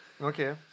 Okay